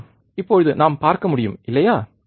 எனவே ஆம் இப்போது நாம் பார்க்க முடியும் இல்லையா